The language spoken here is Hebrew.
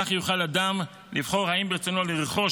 כך יוכל אדם לבחור אם ברצונו לרכוש